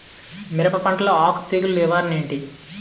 మిరప పంటలో ఆకు తెగులు నివారణ ఏంటి?